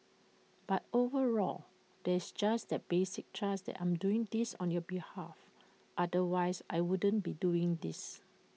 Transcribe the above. but overall there's that basic trust that I'm doing this on your behalf otherwise I wouldn't be doing this